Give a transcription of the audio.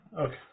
Okay